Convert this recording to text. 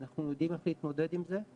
אנחנו יודעים איך להתמודד עם זה,